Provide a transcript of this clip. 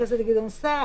חבר הכנסת גדעון סער,